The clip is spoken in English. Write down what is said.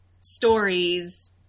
stories